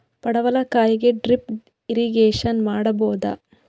ಪಡವಲಕಾಯಿಗೆ drip irrigation ಮಾಡಬೋದ?